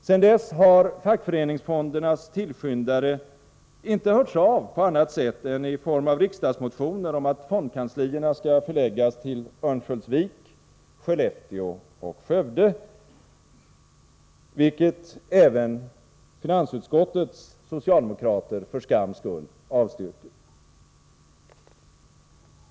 Sedan dess har fackföreningsfondernas tillskyndare inte hörts av på annat sätt än i form av riksdagsmotioner om att fondkanslierna skall förläggas till Örnsköldsvik, Skellefteå och Skövde, motioner som även finansutskottets socialdemokrater för skams skull avstyrker.